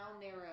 narrow